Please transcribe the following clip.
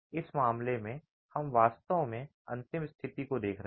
इस मामले में हम वास्तव में अंतिम स्थिति को देख रहे हैं